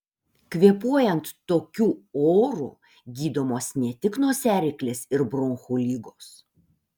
kvėpuojant tokiu oru gydomos ne tik nosiaryklės ir bronchų ligos